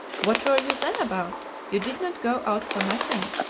what were you then about? you did not go out for nothing?